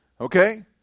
okay